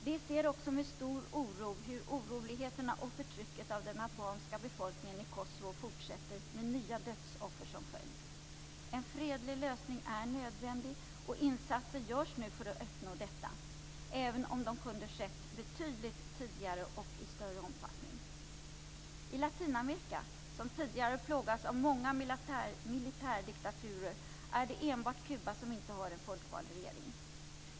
Vi ser också med stor oro hur oroligheterna och förtrycket av den albanska befolkningen i Kosovo fortsätter med nya dödsoffer som följd. En fredlig lösning är nödvändig och insatser görs nu för att uppnå detta, även om de kunde ha gjorts betydligt tidigare och i större omfattning. I Latinamerika, som tidigare plågats av många militärdiktaturer, är det enbart Kuba som inte har en folkvald regering.